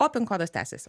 o pin kodas tęsiasi